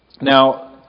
Now